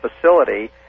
facility